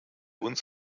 uns